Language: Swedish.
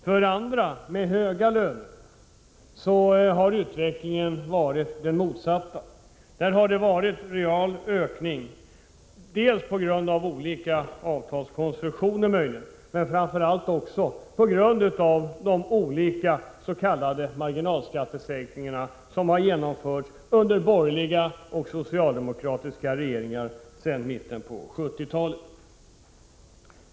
För andra, som har höga löner, har utvecklingen varit den motsatta — dvs. en real ökning, som möjligen beror på olika avtalskonstruktioner men som framför allt beror på de s.k. marginalskattesänkningar som har genomförts under borgerliga och socialdemokratiska regeringar alltsedan mitten av 70-talet.